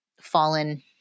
fallen